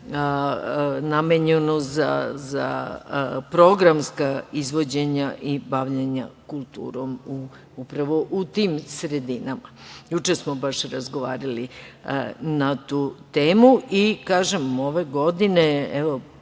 namenjenu za programska izvođenja i bavljenja kulturom upravo u tim sredinama. Juče smo baš razgovarali na tu temu i, kažem, ove godine, tu